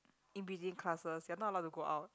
in between classes you're not allowed to go out